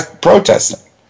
protesting